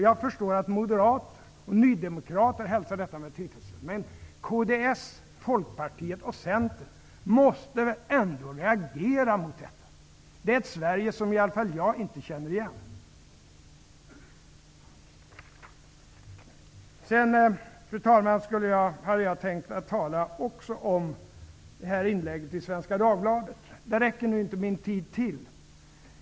Jag förstår att Moderaterna och Nydemokraterna hälsar detta med tillfredsställelse, men kds, Folkpartiet och Centern måste väl ändå reagera mot detta. Detta är ett Sverige som i vart fall inte jag känner igen. Fru talman! Sedan hade jag också tänkt att tala om ett inlägg i Svenska Dagbladet. Detta räcker nu inte min tid till.